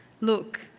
Look